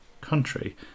country